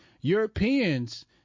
Europeans